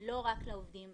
לא רק לעובדים,